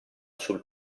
sul